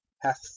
hath